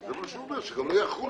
זה מה שהוא אומר, שגם לא יחולו.